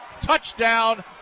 touchdown